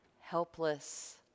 helpless